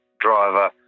driver